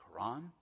Quran